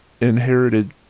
inherited